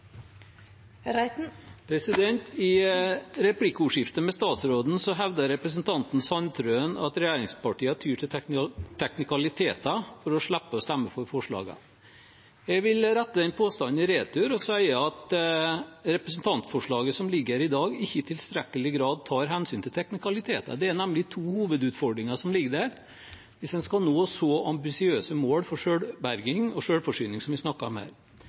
kraftfôr. I replikkordskiftet med statsråden hevdet representanten Sandtrøen at regjeringspartiene tyr til teknikaliteter for å slippe å stemme for forslagene. Jeg vil sende den påstanden i retur og si at representantforslaget som ligger her i dag, ikke i tilstrekkelig grad tar hensyn til teknikaliteter. Det er nemlig to hovedutfordringer som ligger der, hvis en skal nå så ambisiøse mål for selvberging og selvforsyning som vi